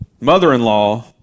mother-in-law